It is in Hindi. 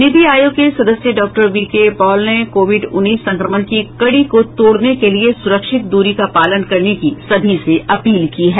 नीति आयोग के सदस्य डॉक्टर वी के पॉल ने कोविड उन्नीस संकमण की कड़ी को तोड़ने के लिए सुरक्षित दूरी का पालन करने की सभी से अपील की है